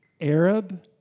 Arab